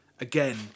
Again